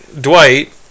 Dwight